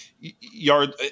yard